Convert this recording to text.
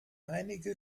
einige